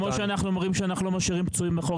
וכמו שאנחנו אומרים שאנחנו לא משאירים פצועים מאחור,